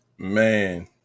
Man